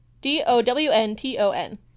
D-O-W-N-T-O-N